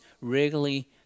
regularly